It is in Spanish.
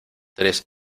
tres